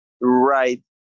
right